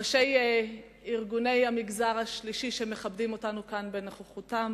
ראשי ארגוני המגזר השלישי שמכבדים אותנו כאן בנוכחותם,